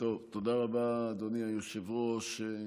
תודה רבה, אדוני היושב-ראש.